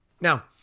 Now